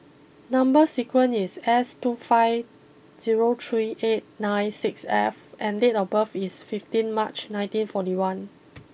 number sequence is S two five zero three eight nine six F and date of birth is fifteen March nineteen forty one